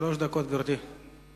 שלוש דקות, גברתי.